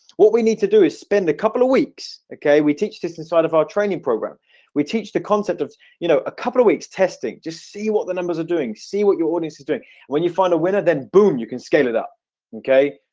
what we need to do is spend a couple of weeks, okay? we teach this inside of our training program we teach the concept of you know a couple of weeks testing just see what the numbers are doing see what your audience to do when you find a winner then boom you can scale it up okay?